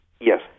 Yes